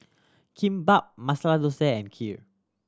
Kimbap Masala Dosa and Kheer